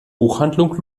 buchhandlung